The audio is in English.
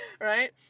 right